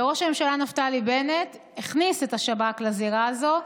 ראש הממשלה נפתלי בנט הכניס את השב"כ לזירה הזאת,